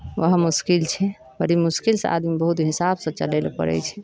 ओहो मुश्किल छै बड़ी मुश्किल से आदमी बहुत हिसाबसँ चलै लए पड़ै छै